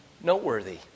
Noteworthy